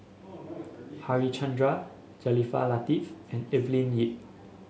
Harichandra Jaafar Latiff and Evelyn Lip